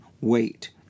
Wait